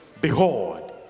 Behold